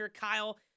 Kyle